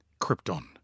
Krypton